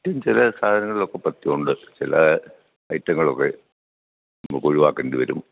ചില സാധനങ്ങളിലൊക്കെ പഥ്യമുണ്ട് ചില ഐറ്റങ്ങളൊക്കെ നമുക്കൊഴിവാക്കേണ്ടി വരും